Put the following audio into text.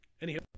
Anyhow